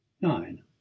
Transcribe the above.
nine